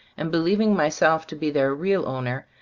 and believing my self to be their real owner,